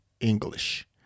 English